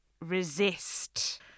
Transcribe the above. resist